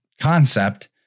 concept